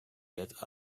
yet